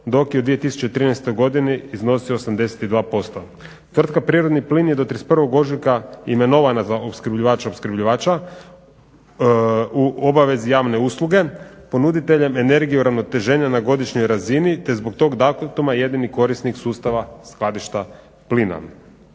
dok je u 2013. godini iznosio 82%. Tvrtka Prirodni plin je do 31. ožujka imenovana za opskrbljivača opskrbljivača u obavezi javne usluge ponuditeljem energije uravnoteženja na godišnjoj razini te zbog tog datuma jedini korisnik sustava skladišta plina.